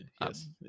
Yes